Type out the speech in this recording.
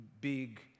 big